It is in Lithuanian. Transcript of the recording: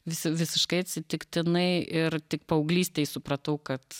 vis visiškai atsitiktinai ir tik paauglystėj supratau kad